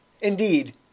Indeed